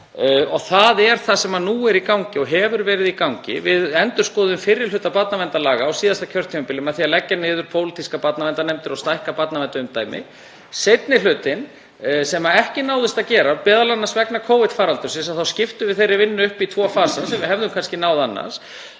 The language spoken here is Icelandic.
Það er það sem nú er í gangi og var í gangi við endurskoðun fyrri hluta barnaverndarlaga á síðasta kjörtímabili með því að leggja niður pólitískar barnaverndarnefndir og stækka barnaverndarumdæmi. Í seinni hlutanum, sem ekki náðist að gera, m.a. vegna Covid-faraldursins en þá skiptum við þeirri vinnu upp í tvo fasa sem við hefðum kannski náð annars,